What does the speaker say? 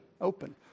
open